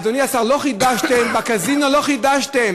אדוני השר, לא חידשתם, בקזינו לא חידשתם.